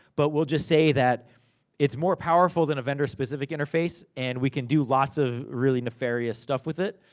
but we'll just say that it's more powerful than a vendor-specific interface, and we can do lots of really nefarious stuff with it.